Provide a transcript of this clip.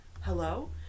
hello